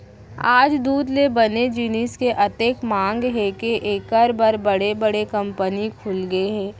आज दूद ले बने जिनिस के अतेक मांग हे के एकर बर बड़े बड़े कंपनी खुलगे हे